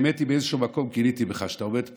האמת היא שבאיזשהו מקום קינאתי בך שאתה עומד פה,